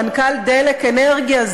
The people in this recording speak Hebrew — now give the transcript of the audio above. מנכ"ל "דלק אנרגיה",